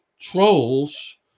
trolls